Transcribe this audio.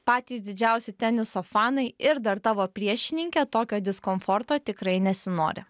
patys didžiausi teniso fanai ir dar tavo priešininkė tokio diskomforto tikrai nesinori